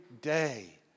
day